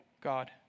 God